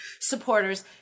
supporters